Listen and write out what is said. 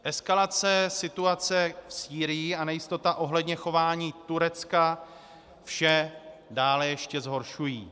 Eskalace situace v Sýrii a nejistota ohledně chování Turecka vše dále ještě zhoršují.